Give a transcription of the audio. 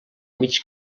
mig